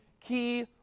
key